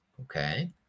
okay